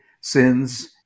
sins